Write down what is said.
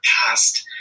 past